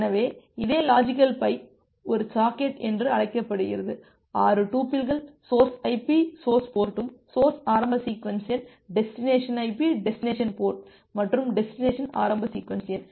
எனவே இதே logical pipe ஒரு சாக்கெட் என்று அழைக்கப்படுகிறது 6 டுபில்கள் சோர்ஸ் IP சோர்ஸ் போர்ட்டும் சோர்ஸ் ஆரம்ப சீக்வென்ஸ் எண் டெஸ்டினேசன் IP டெஸ்டினேசன் போர்ட் மற்றும் டெஸ்டினேசன் ஆரம்ப சீக்வென்ஸ் எண்